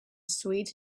sweet